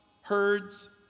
herds